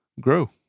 grow